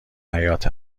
حیات